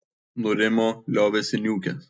nurimo liovėsi niūkęs